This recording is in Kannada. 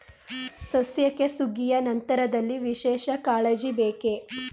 ಸಸ್ಯಕ್ಕೆ ಸುಗ್ಗಿಯ ನಂತರದಲ್ಲಿ ವಿಶೇಷ ಕಾಳಜಿ ಬೇಕೇ?